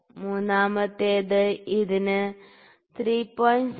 മൂന്നാമത്തേതിന് ഇത് 3